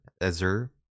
Azure